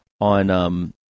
on